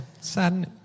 sad